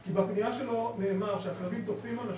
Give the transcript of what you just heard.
כי בפניה שלו נאמר שהכלבים תוקפים אנשים,